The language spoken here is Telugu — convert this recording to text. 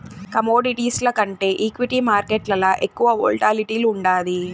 కమోడిటీస్ల కంటే ఈక్విటీ మార్కేట్లల ఎక్కువ వోల్టాలిటీ ఉండాది